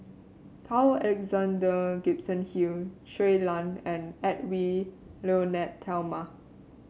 Carl Alexander Gibson Hill Shui Lan and Edwy Lyonet Talma